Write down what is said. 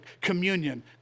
communion